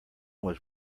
was